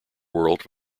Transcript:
world